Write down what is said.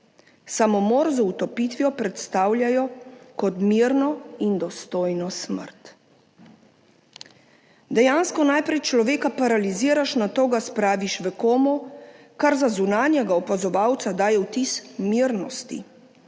Samomor z utopitvijo predstavljajo kot mirno in dostojno smrt. Dejansko najprej človeka paraliziraš, nato ga spraviš v komo, kar za zunanjega opazovalca daje vtis mirnosti,